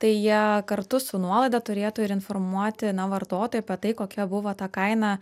tai jie kartu su nuolaida turėtų ir informuoti na vartotoją apie tai kokia buvo ta kaina